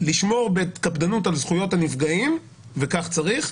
לשמור בקפדנות על זכויות הנפגעים וכך צריך,